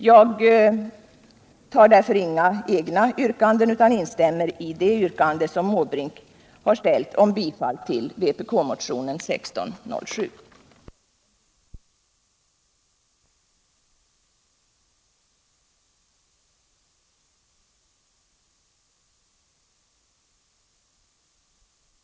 Jag instämmer därför i yrkandet om bifall till vpk-motionen 1607.